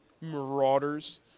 Marauders